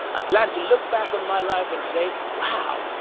i plan to look back on my life and say wow,